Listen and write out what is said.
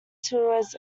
tours